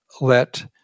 let